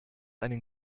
einen